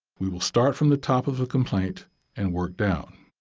we will start from the top of the complaint and work down.